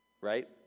Right